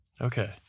Okay